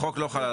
החוק לא חל.